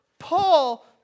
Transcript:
Paul